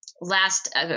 last